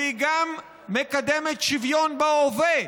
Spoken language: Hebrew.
והיא גם מקדמת שוויון בהווה,